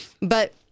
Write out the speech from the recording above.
But-